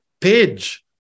page